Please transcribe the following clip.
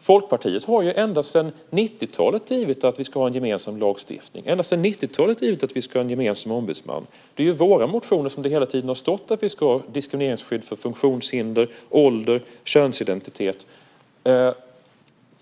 Folkpartiet ända sedan 90-talet har drivit att vi ska ha en gemensam lagstiftning, ända sedan 90-talet har drivit att vi ska ha en gemensam ombudsman. Det är i våra motioner som det hela tiden har stått att vi ska ha diskrimineringsskydd för funktionshinder, ålder och könsidentitet.